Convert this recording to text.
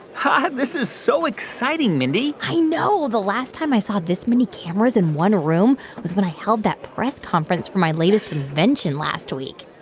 and this is so exciting, mindy i know. the last time i saw this many cameras in one room was when i held that press conference for my latest invention last week